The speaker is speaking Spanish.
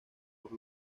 por